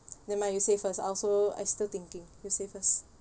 nevermind you say first I also I still thinking you say first